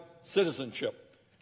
citizenship